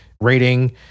rating